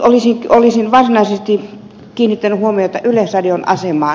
mutta olisin varsinaisesti kiinnittänyt huomiota yleisradion asemaan